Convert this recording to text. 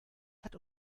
hat